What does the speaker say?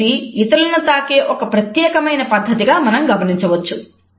hand shake అనేది ఇతరులను తాకే ఒక ప్రత్యేకమైన పద్ధతిగా మనం గమనించవచ్చు